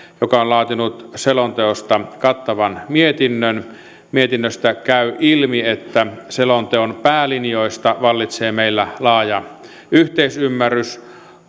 joka on laatinut selonteosta kattavan mietinnön mietinnöstä käy ilmi että selonteon päälinjoista vallitsee meillä laaja yhteisymmärrys